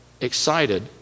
excited